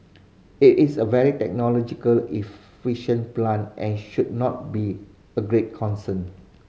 it is a very technologically efficient plant and should not be of great concern